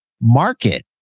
market